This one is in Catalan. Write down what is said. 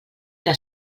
que